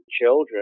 children